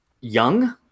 young